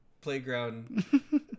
playground